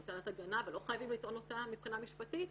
זו טענת הגנה ולא חייבים לטעון אותה מבחינה משפטית.